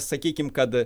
sakykim kad